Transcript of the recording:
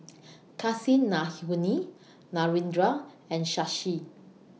Kasinadhuni Narendra and Shashi